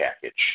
package